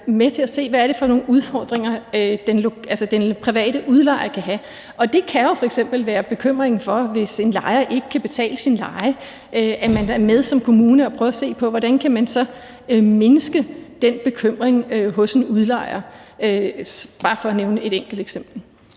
med til at se på, hvad det er for nogle udfordringer, den private udlejer kan have. Det kan jo f.eks. være bekymringen for, at en lejer ikke kan betale sin husleje, hvor man så som kommune er med til at prøve at se på, hvordan man så kan mindske den bekymring hos en udlejer – bare for at nævne et enkelt eksempel.